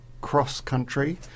cross-country